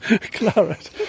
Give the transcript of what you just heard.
claret